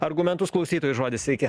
argumentus klausytojui žodis sveiki